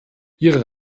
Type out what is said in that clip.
ihre